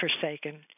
forsaken